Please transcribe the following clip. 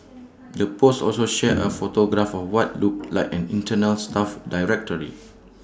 the post also shared A photograph of what looked like an internal staff directory